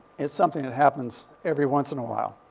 it's something that happens every once in a while.